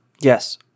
Yes